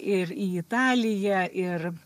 ir į italiją ir